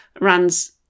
runs